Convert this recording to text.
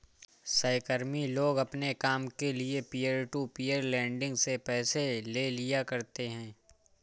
सहकर्मी लोग अपने काम के लिये पीयर टू पीयर लेंडिंग से पैसे ले लिया करते है